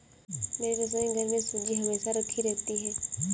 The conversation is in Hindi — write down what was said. मेरे रसोईघर में सूजी हमेशा राखी रहती है